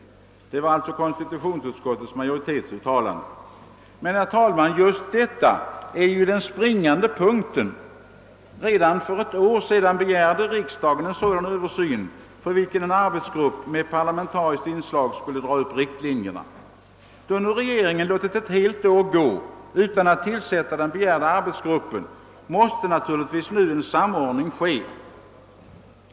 Men, herr talman, just detta är den springande punkten: redan för ett år sedan begärde riksdagen en sådan översyn, för vilken en arbetsgrupp med parlamentariskt inslag skulle dra upp riktlinjerna. Då nu regeringen låtit ett helt år gå utan att tillsätta den begärda ar betsgruppen, måste naturligtvis nu en samordning ske.